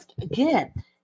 again